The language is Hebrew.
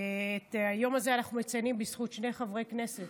את היום הזה אנחנו מציינים בזכות שני חברי כנסת,